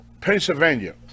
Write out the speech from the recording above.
Pennsylvania